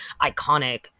iconic